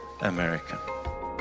America